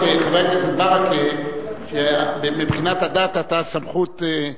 חבר הכנסת ברכה הזכיר שמבחינת הדת אתה הסמכות,